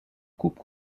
coupe